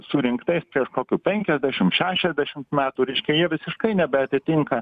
surinktais prieš kokių penkiasdešim šešiasdešimt metų reiškia jie visiškai nebeatitinka